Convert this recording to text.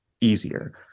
easier